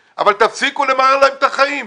תפסיקו למרר להם את החיים.